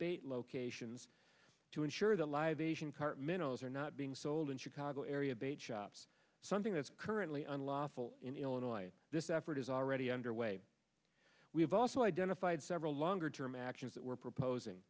bait locations to ensure the libation current minnows are not being sold in chicago area bait shops something that's currently unlawful in illinois and this effort is already under way we have also identified several longer term actions that we're proposing